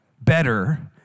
better